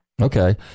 Okay